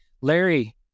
Larry